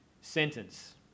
sentence